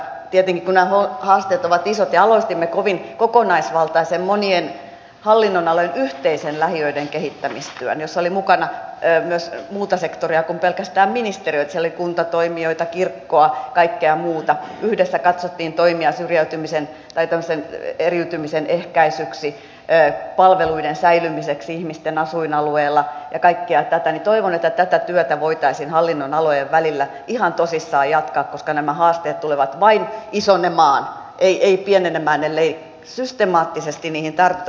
tietenkin kun nämä haasteet ovat isot ja aloitimme kovin kokonaisvaltaisen monien hallinnonalojen yhteisen lähiöiden kehittämistyön jossa oli mukana myös muuta sektoria kuin pelkästään ministeriöt siellä oli kuntatoimijoita kirkkoa kaikkea muuta yhdessä katsottiin toimia syrjäytymisen tai tämmöisen eriytymisen ehkäisyksi palvelujen säilymiseksi ihmisten asuinalueilla ja kaikkea tätä niin toivon että tätä työtä voitaisiin hallinnonalojen välillä ihan tosissaan jatkaa koska nämä haasteet tulevat vain isonemaan eivät pienenemään ellei systemaattisesti niihin tartuta